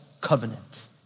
covenant